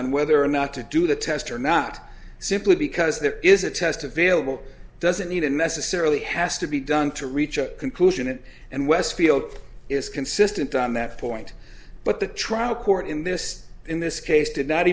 on whether or not to do the test or not simply because there is a test available doesn't even necessarily has to be done to reach a conclusion it and westfield is consistent on that point but the trial court in this in this case did not